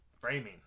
Framing